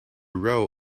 row